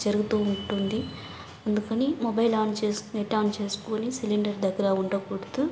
జరుగుతూ ఉంటుంది అందుకని మొబైల్ ఆన్ చేసి నెట్ ఆన్ చేసుకుని సిలిండర్ దగ్గర ఉండకూడదు